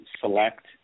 select